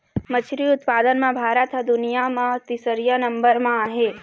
मछरी उत्पादन म भारत ह दुनिया म तीसरइया नंबर म आहे